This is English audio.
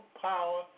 power